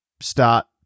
start